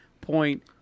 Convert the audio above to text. point